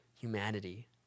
humanity